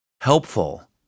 Helpful